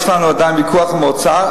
יש לנו עדיין ויכוח עם האוצר,